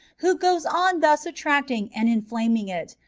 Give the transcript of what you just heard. who goes on thus attracting and inflaming it,